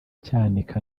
cyanika